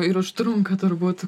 ir užtrunka turbūt